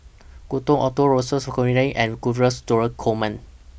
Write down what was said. Gordon Arthur and Dress Door Coleman